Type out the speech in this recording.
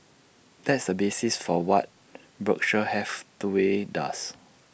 that's the basis for what Berkshire Hathaway does